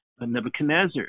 Nebuchadnezzar